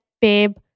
babe